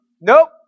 nope